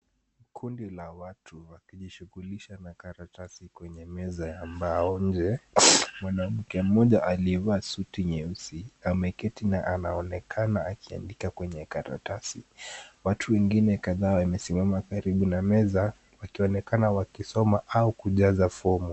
Kundi la watu wakijishughulisha na karatasi kwenye meza ya mbao nje. Mwanamke mmoja aliyevaa suti nyeusi ameketi na anaonekana akiandika kwenye karatasi. Watu wengine kadhaa wamesimama karibu na meza wakionekana kujaza au kusoma fomu.